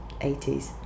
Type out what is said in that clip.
80s